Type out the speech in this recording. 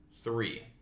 three